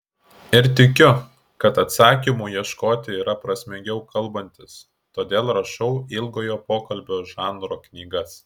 ir tikiu kad atsakymų ieškoti yra prasmingiau kalbantis todėl rašau ilgojo pokalbio žanro knygas